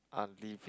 are living